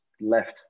left